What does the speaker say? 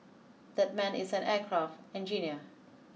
that man is an aircraft engineer